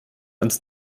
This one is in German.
ans